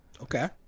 Okay